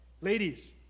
Ladies